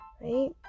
right